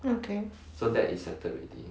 okay